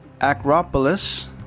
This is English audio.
Acropolis